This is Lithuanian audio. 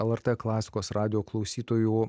lrt klasikos radijo klausytojų